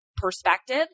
Perspective